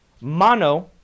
mono